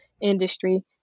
industry